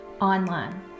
online